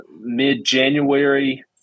mid-January